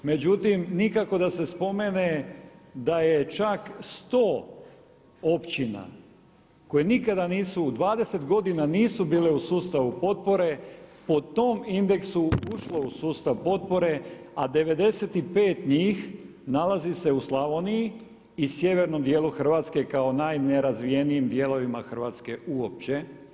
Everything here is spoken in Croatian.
Međutim, nikako da se spomene da je čak 100 općina koje nikada nisu u 20 godina nisu bile u sustavu potpore, po tom indeksu ušlo u sustav potpore a 95 njih nalazi se u Slavoniji i sjevernom dijelu Hrvatske kao najnerazvijenijim dijelovima Hrvatske uopće.